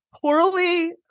poorly